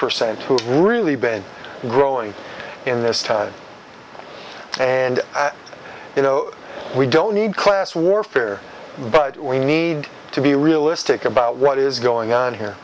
percent who have really been growing in this time and you know we don't need class warfare but we need to be realistic about what is going on here